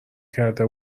کرده